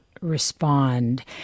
respond